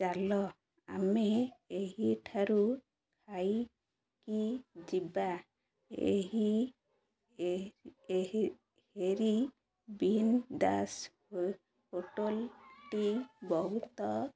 ଚାଲ ଆମେ ଏହିଠାରୁ ଖାଇକି ଯିବା ଏହି ହେରି ବିନ୍ ଦାସ ହୋଟଲଟି ବହୁତ